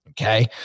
Okay